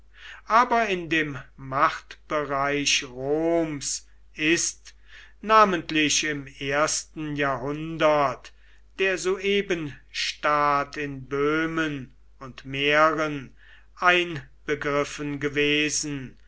aber in dem machtbereich roms ist namentlich im ersten jahrhundert der suebenstaat in böhmen und mähren einbegriffen gewesen